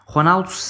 Ronaldo